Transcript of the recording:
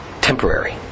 temporary